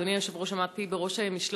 אדוני היושב-ראש, עמדתי בראש משלחת